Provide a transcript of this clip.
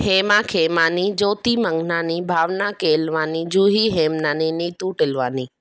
Hema Khemani Jyoti Manganani Bhavna Kelwani Juhi Hemnani Neetu Tilwani